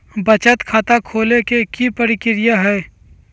बचत खाता खोले के कि प्रक्रिया है?